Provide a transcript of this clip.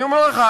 אני אומר לך,